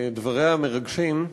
בדבריה המרגשים,